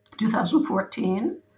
2014